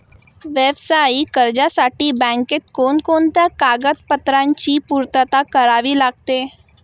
व्यावसायिक कर्जासाठी बँकेत कोणकोणत्या कागदपत्रांची पूर्तता करावी लागते?